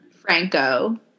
Franco